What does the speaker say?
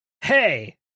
hey